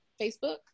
Facebook